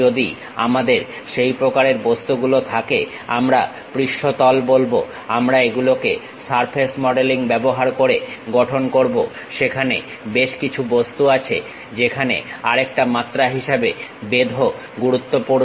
যদি আমাদের সেই প্রকারের বস্তুগুলো থাকেআমরা পৃষ্ঠতল বলবো আমরা এগুলোকে সারফেস মডেলিং ব্যবহার করে গঠন করবো সেখানে বেশ কিছু বস্তু আছে যেখানে আরেকটা মাত্রা হিসাবে বেধও গুরুত্বপূর্ণ